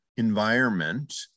environment